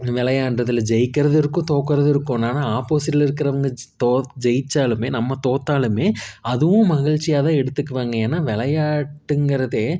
விளையாண்டதுல ஜெயிக்கிறதும் இருக்கும் தோக்கிறதும் இருக்கும் என்னன்னா ஆப்போஸிட்ல இருக்கிறவங்க தோ ஜெயிச்சாலுமே நம்ம தோற்றாலுமே அதுவும் மகிழ்ச்சியாகதான் எடுத்துக்குவாங்க ஏன்னா விளையாட்டுங்கறதே